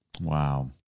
Wow